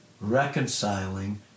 reconciling